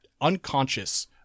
unconscious